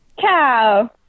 cow